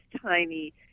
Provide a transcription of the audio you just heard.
tiny